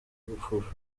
gupfusha